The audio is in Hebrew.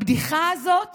הבדיחה הזאת